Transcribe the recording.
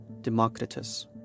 Democritus